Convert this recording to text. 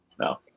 No